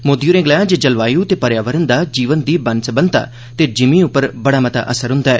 मोदी होरें गलाया जे जलवायू ते पर्यावरण दा जीवन दी बन्नसब्बनता ते ज़िमीं उप्पर बड़ा मता असर हुन्दा ऐ